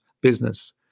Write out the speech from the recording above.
business